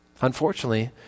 Unfortunately